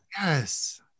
yes